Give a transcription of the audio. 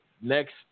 Next